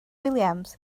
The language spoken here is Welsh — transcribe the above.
williams